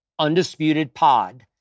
UndisputedPod